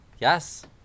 yes